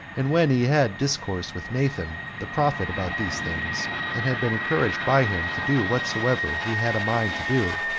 and when he had discoursed with nathan the prophet about these things, and had been encouraged by him to do whatsoever he had a mind to do,